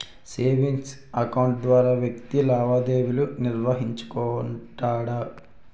savings account ద్వారా వ్యక్తి లావాదేవీలు నిర్వహించుకుంటాడు